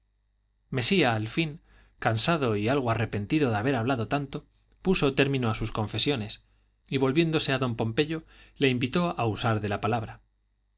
mesía al fin cansado y algo arrepentido de haber hablado tanto puso término a sus confesiones y volviéndose a don pompeyo le invitó a usar de la palabra